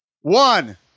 one